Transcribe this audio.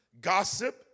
gossip